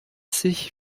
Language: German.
sich